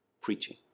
preaching